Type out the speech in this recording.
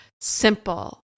simple